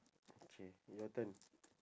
K your turn